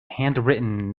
handwritten